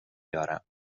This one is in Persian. دارم